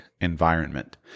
environment